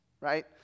right